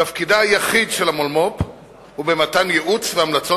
תפקידה היחיד של המולמו"פ הוא מתן ייעוץ והמלצות